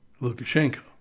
Lukashenko